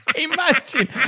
Imagine